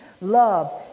love